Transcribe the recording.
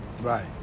right